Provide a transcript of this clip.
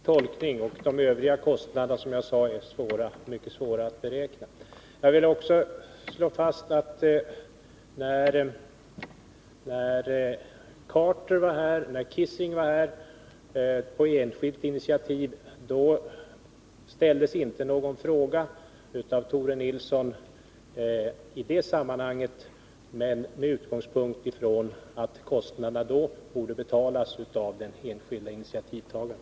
Herr talman! Ja, det är en riktig tolkning. De övriga kostnaderna är, som jag sade, mycket svåra att beräkna. Jag vill också slå fast att när Carter var här, och när Kissinger var här på enskilt initiativ, ställdes inte någon fråga av Tore Nilsson i det sammanhanget med utgångspunkt i att kostnaderna då borde betalas av den enskilde initiativtagaren.